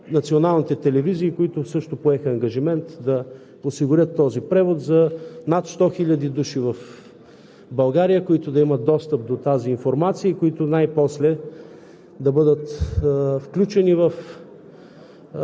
националните телевизии, които също поеха ангажимент да осигурят този превод за над сто хиляди души в България, които да имат достъп до тази информация и които най-после да бъдат включени в